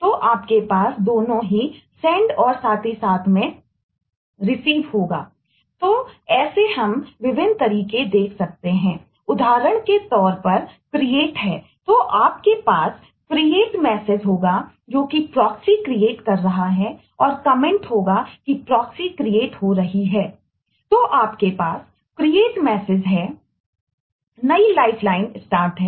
तो ऐसे हम विभिन्न तरीके देख सकते हैं उदाहरण के तौर पर यहां पर क्रिएट है